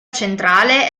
centrale